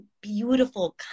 beautiful